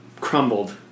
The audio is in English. crumbled